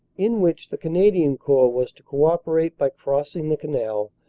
in which the canadian corps was to co-operate by crossing the canal,